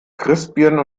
christbirnen